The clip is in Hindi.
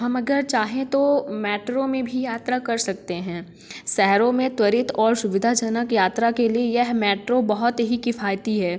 हम अगर चाहें तो मेट्रो में भी यात्रा कर सकते हैं शहरों में त्वरित और सुविधाजनक यात्रा के लिए यह मेट्रो बहुत ही किफ़ायती है